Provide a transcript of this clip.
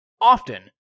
Often